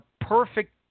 perfect